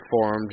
formed